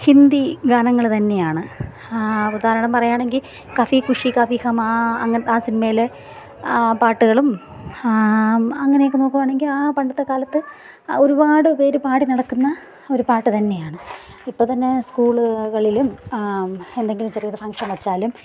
ഹിന്ദി ഗാനങ്ങൾ തന്നെയാണ് ഉദാഹരണം പറയുകയാണെങ്കിൽ കഫി ഖുഷി കഫി ഹം ആ അങ്ങ് ആ സിനിമയിൽ പാട്ടുകളും അങ്ങനെയെക്കെ നോക്കുകയാണെങ്കിൽ ആ പണ്ടത്തെക്കാലത്ത് ഒരുപാട്പേര് പാടിനടക്കുന്ന ഒരു പാട്ട് തന്നെയാണ് ഇപ്പോൾത്തന്നെ സ്കൂള്കളിലും എന്തെങ്കിലും ചെറിയൊരു ഫങ്ഷൻ വെച്ചാലും